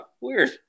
Weird